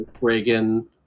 Reagan